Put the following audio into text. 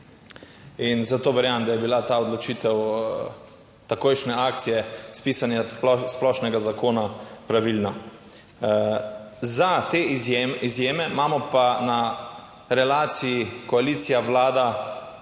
In zato verjamem, da je bila ta odločitev takojšnje akcije spisanja splošnega zakona pravilna. Za te izjeme imamo pa na relaciji koalicija Vlada